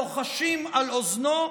לוחשים באוזנו,